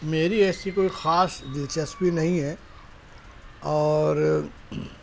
میری ایسی کوئی خاص دلچسپی نہیں ہے اور